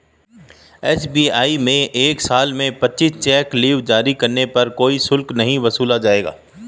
SBI में एक साल में पच्चीस चेक लीव जारी करने पर कोई शुल्क नहीं वसूला जाएगा